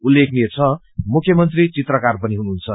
उल्लेखनीय छ मुख्यमंत्री चित्रकार पनि हुनुहुन्छ